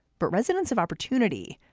but residents of opportunity,